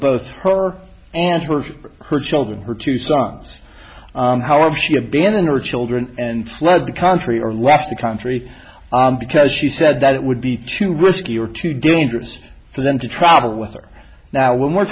both her and her her children her two sons however she abandoned her children and fled the contrie or left the country because she said that it would be too risky or too dangerous for them to travel with her now when we're